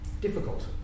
difficult